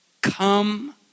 Come